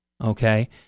okay